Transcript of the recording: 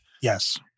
Yes